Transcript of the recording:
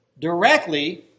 directly